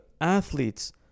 athletes